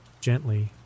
Gently